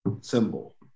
symbol